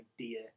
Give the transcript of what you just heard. idea